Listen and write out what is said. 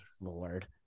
lord